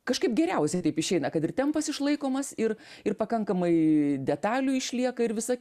kažkaip geriausiai taip išeina kad ir tempas išlaikomas ir ir pakankamai detalių išlieka ir visa